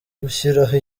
gushyiraho